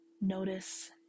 Notice